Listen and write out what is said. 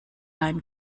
einen